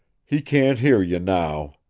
he can't hear you now.